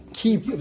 keep